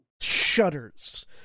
shudders